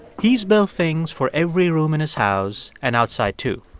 he's built things for every room in his house and outside, too.